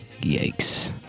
Yikes